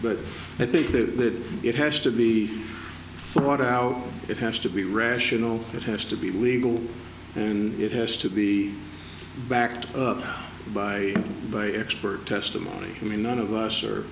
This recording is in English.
but i think that it has to be thought out it has to be rational it has to be legal and it has to be backed up by by expert testimony i mean none of us are